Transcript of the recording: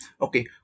Okay